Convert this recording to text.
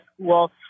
school